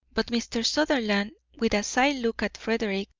but mr. sutherland, with a side look at frederick,